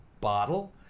bottle